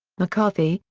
mccarthy,